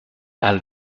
all